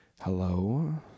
Hello